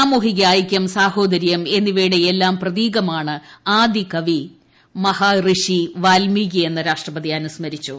സാമൂഹിക ഐക്യം സാഹോദര്യം എന്നിവയുടെ എല്ലാം പ്രതീകമാണ് ആദികവി മഹാഋഷി വാൽമികിയെന്ന് രാഷ്ട്രപതി അനുസ്മരിച്ചു